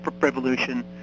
Revolution